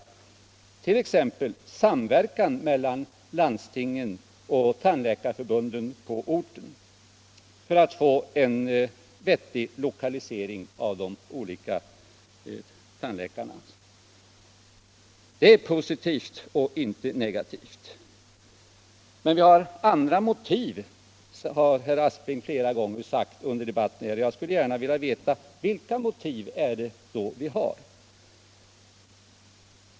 Det kan ske t.ex. genom samverkan mellan landstingen och tandläkarföreningen på orten, för att få en vettig lokalisering av de olika tandläkarna. Det är positivt. Herr Aspling har flera gånger under debatten sagt att vi har andra motiv för vårt förslag än dem vi har redovisat. Jag skulle gärna vilja veta vilka motiv det då är som vi har.